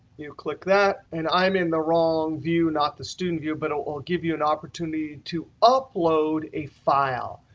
you click that. and i'm in the wrong view, not the student view. but it'll give you an opportunity to upload a file.